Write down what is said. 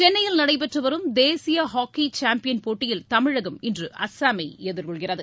சென்னையில் நடைபெற்றுவரும் தேசிய ஹாக்கி சாம்பியன் போட்டியில் தமிழகம் இன்று அஸ்ஸாமை எதிர்கொள்கிறது